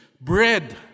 Bread